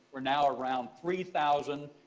are now around three thousand.